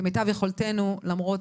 אנחנו נעשה את זה כמיטב יכולתנו ולמרות